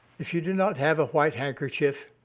if you do not have a white handkerchief,